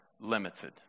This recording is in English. limited